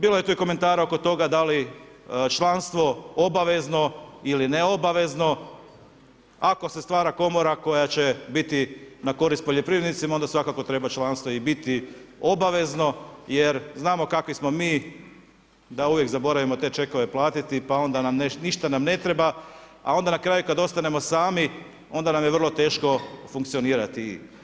Bilo je tu i komentara oko toga da li članstvo obavezno ili neobavezno, ako se stvara komora koja će biti na korist poljoprivrednicima, onda svakako treba članstvo i biti obavezno jer znamo kakvi smo mi da uvijek zaboravimo te čekove platiti pa onda ništa nam ne treba, a onda na kraju kad ostanemo sami, onda nam je vrlo teško funkcionirati.